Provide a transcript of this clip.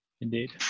Indeed